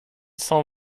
cent